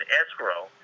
escrow